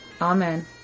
Amen